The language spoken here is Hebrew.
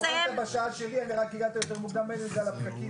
אתה התעוררת בשעה שלי רק הגעת יותר מוקדם בגלל הפקקים,